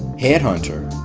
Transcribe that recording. headhunter,